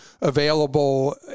available